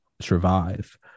survive